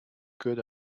good